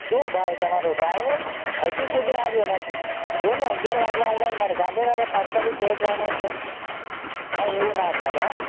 શું ભાઈ તમારો ડ્રાઈવર હજુ સુધી આવ્યો નથી જુઓ ને અગિયાર વાગવા આવ્યા ને મારે ગાંધીનગર તાત્કાલિક પહોંચવાનું છે ભાઈ એવું ના ચાલે હોં